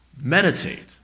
meditate